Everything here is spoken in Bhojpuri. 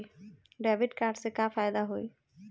डेबिट कार्ड से का फायदा होई?